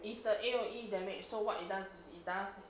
is the A_O_E damage so what it does is it does